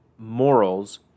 morals